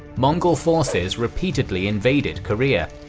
mongol forces repeatedly invaded korea,